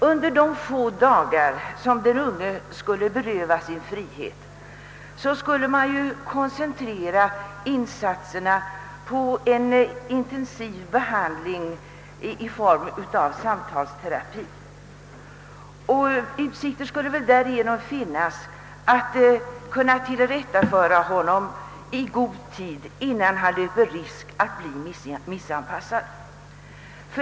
Under de få dagar som den unge skulle vara berövad sin frihet, skulle man kunna koncentrera insatserna på en intensiv behandling i form av samtalsterapi. Därigenom skulle utsikter finnas att kunna tillrättaföra den unge i god tid innan han löper risk att bli missanpassad.